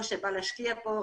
או בא להשקיע פה,